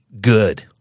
good